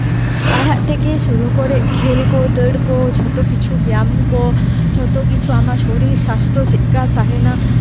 ᱯᱟᱲᱦᱟᱜ ᱛᱷᱮᱠᱮ ᱥᱩᱨᱩ ᱠᱚᱨᱮᱜ ᱠᱷᱮᱞ ᱠᱚ ᱫᱟᱹᱲ ᱠᱚ ᱡᱷᱚᱛᱚ ᱠᱤᱪᱷᱩ ᱵᱮᱭᱟᱢ ᱠᱚ ᱡᱷᱚᱛᱚ ᱠᱤᱪᱷᱩ ᱟᱢᱟᱜ ᱥᱚᱨᱤᱨ ᱥᱟᱥᱛᱷᱚ ᱪᱮᱫ ᱞᱮᱠᱟ ᱛᱟᱸᱦᱮᱱᱟ ᱟᱨ